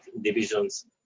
divisions